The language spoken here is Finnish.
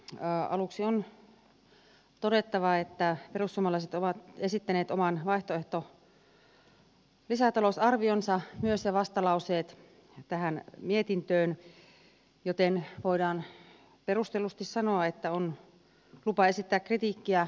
aluksi on todettava että perussuomalaiset ovat esittäneet oman vaihtoehtolisätalousarvionsa myös ja vastalauseet tähän mietintöön joten voidaan perustellusti sanoa että on lupa esittää kritiikkiä